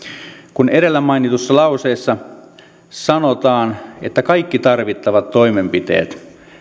kun edellä mainitussa lauseessa sanotaan että kaikki tarvittavat toimenpiteet